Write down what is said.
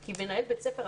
כי מנהל בית ספר,